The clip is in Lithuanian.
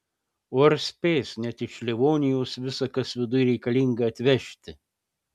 o ar spės net iš livonijos visa kas viduj reikalinga atvežti